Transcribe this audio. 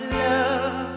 love